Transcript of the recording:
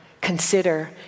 consider